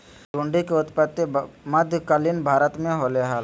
हुंडी के उत्पत्ति मध्य कालीन भारत मे होलय हल